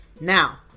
Now